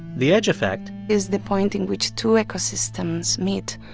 the edge effect. is the point in which two ecosystems meet,